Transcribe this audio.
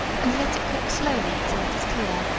and let it cook slowly till it is clear,